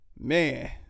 man